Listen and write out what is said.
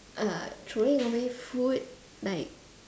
uh throwing away food like